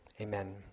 amen